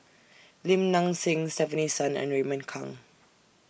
Lim Nang Seng Stefanie Sun and Raymond Kang